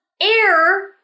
air